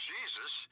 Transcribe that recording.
Jesus